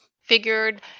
figured